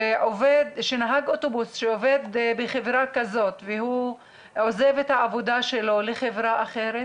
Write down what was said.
כשנהג אוטובוס עובד בחברה כזאת והוא עוזב את העבודה שלו לחברה אחרת